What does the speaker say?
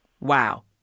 Wow